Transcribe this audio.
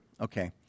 okay